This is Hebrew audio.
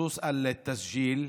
לגבי הרישום,